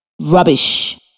Rubbish